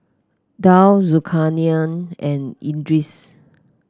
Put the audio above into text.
Daud Zulkarnain and Idris